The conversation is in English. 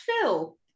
phil